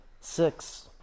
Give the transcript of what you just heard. six